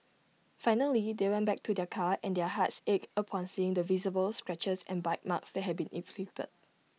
finally they went back to their car and their hearts ached upon seeing the visible scratches and bite marks that had been inflicted